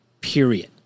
period